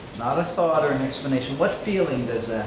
not a thought or an explanation, what feeling does